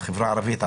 בחברה הערבית,